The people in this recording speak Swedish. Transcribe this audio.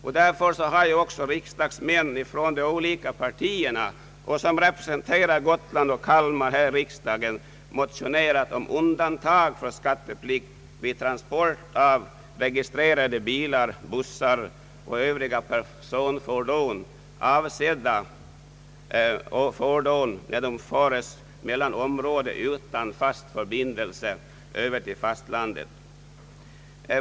Av denna anledning har riksdagsmän från de olika partierna, som representerar Kalmar län och Gotlands län, motionerat om undantag från skatteplikt vid transport av registrerade bilar, bussar och övriga för personbefordran avsedda fordon mellan område utan fast landförbindelse och fastlandet.